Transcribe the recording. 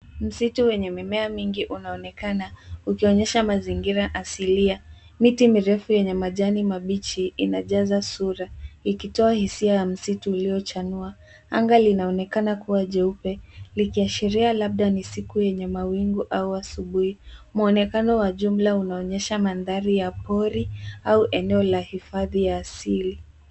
Msitu wenye mimea mingi unaonekana ukionyesha mazingira asili. Miti mirefu yenye majani mabichi inajaza sura, ikitoa hisia ya msitu uliochanua. Anga linaonekana kuwa jeupe likiashiria labda ni siku yenye mawingu au asubuhi. Mwonekano wa jumla unaonyesha mandhari ya pori au eneo la hifadhi ya asili.